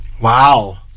Wow